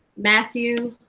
matthew,